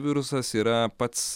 virusas yra pats